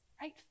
right